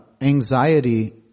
anxiety